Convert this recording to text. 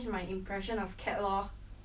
um ya actually I got